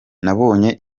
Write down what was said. nabonye